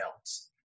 else